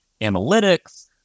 analytics